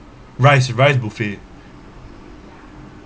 rise rise buffet